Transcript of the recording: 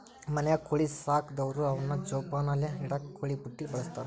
ಮನ್ಯಾಗ ಕೋಳಿ ಸಾಕದವ್ರು ಅವನ್ನ ಜೋಪಾನಲೆ ಇಡಾಕ ಕೋಳಿ ಬುಟ್ಟಿ ಬಳಸ್ತಾರ